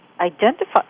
identify